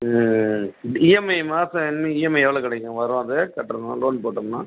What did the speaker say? EMI மாதம் EMI எவ்வளோ கிடைக்கும் வரும் அது கட்டணும் லோன் போட்டோம்னா